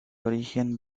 origen